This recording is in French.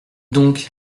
donc